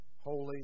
Holy